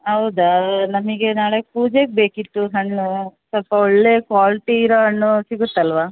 ಹೌದಾ ನಮಗೆ ನಾಳೆ ಪೂಜೆಗೆ ಬೇಕಿತ್ತು ಹಣ್ಣೂ ಸ್ವಲ್ಪ ಒಳ್ಳೆ ಕ್ವಾಲ್ಟಿ ಇರೋ ಹಣ್ಣೂ ಸಿಗುತ್ತಲ್ವ